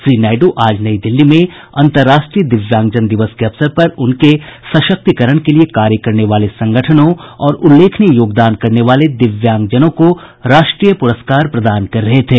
श्री नायडू आज नई दिल्ली में अंतरराष्ट्रीय दिव्यांगजन दिवस के अवसर पर उनके सशक्तिकरण के लिए कार्य करने वाले संगठनों और उल्लेखनीय योगदान करने वाले दिव्यांगजनों को राष्ट्रीय पुरस्कार प्रदान कर रहे थे